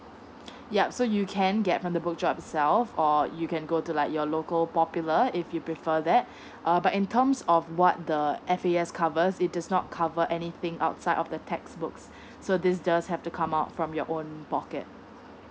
yup so you can get from the book or you can go to like your local popular if you prefer that uh but in terms of what the F A S covers it does not cover anything outside of the textbooks so this just have to come out from your own pocket